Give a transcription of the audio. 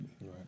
Right